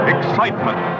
Excitement